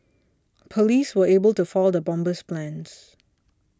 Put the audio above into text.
police were able to foil the bomber's plans